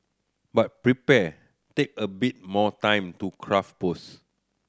but prepare take a bit more time to craft posts